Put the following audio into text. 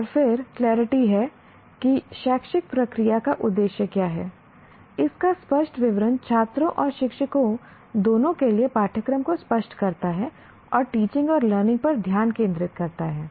और फिर क्लेरिटी है कि शैक्षिक प्रक्रिया का उद्देश्य क्या है इसका स्पष्ट विवरण छात्रों और शिक्षकों दोनों के लिए पाठ्यक्रम को स्पष्ट करता है और टीचिंग और लर्निंग पर ध्यान केंद्रित करता है